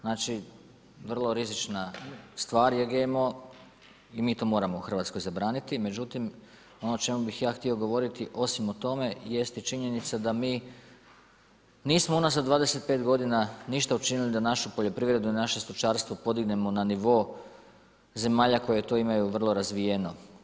Znači, vrlo rizična stvar je GMO i mi to moramo u Hrvatskoj zabraniti, međutim, ono o čemu bi ja htio govoriti, osim o tome, jeste činjenica da mi nismo unazad 25 g. ništa učinili da naše poljoprivredu i naše stočarstvo podignemo na nivo zemalja koje to imaju vrlo razvijeno.